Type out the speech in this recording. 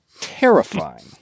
terrifying